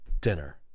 dinner